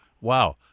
Wow